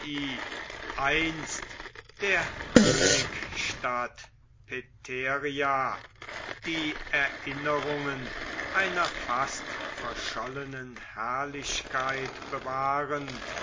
einst der königstadt pteria die erinnerungen einer fast verschollenen herrlichkeit bewahrend